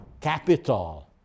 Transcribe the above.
Capital